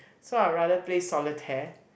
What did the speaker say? so I'll rather play Solitaire